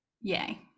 Yay